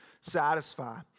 satisfy